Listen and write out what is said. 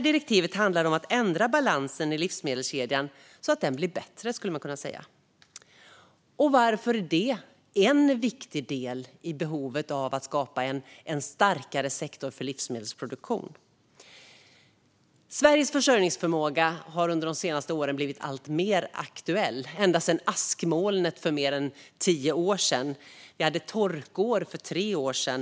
Direktivet handlar om att ändra balansen i livsmedelskedjan så att den blir bättre, skulle man kunna säga, och det är viktigt för att skapa en starkare sektor för livsmedelsproduktion. Sveriges försörjningsförmåga har under de senaste åren blivit alltmer aktuell, ända sedan askmolnet för mer än tio år sedan. Vi hade torkår för tre år sedan.